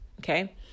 okay